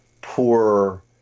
poor